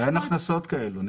אין הכנסות כאלה.